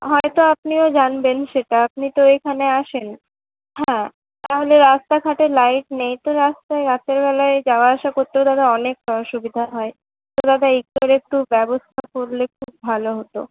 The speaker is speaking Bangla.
হয়তো আপনিও জানবেন সেটা আপনি তো এইখানে আসেন হ্যাঁ তাহলে রাস্তাঘাটে লাইট নেই তো রাস্তায় রাতের বেলায় যাওয়া আসা করতেও দাদা অনেকটা অসুবিধা হয় তো দাদা এটার একটু ব্যবস্থা করলে খুব ভালো হত